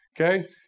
okay